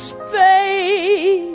hay